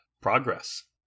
progress